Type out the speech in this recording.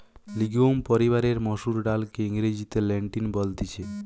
legume পরিবারের মসুর ডালকে ইংরেজিতে লেন্টিল বলতিছে